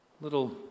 little